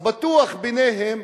אז בטוח שביניהם